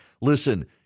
Listen